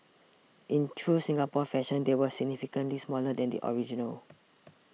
in true Singapore fashion they were significantly smaller than the original